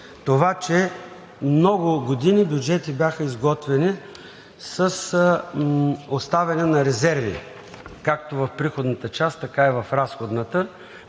това, че много години бюджетите бяха изготвяни с оставяне на резерви както в приходната част, така и в разходната,